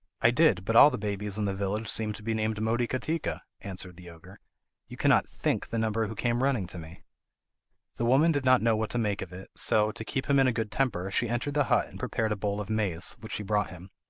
i did, but all the babies in the village seemed to be named motikatika answered the ogre you cannot think the number who came running to me the woman did not know what to make of it, so, to keep him in a good temper, she entered the hut and prepared a bowl of maize, which she brought him.